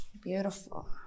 Beautiful